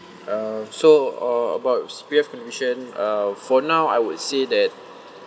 uh so uh about C_P_F contribution uh for now I would say that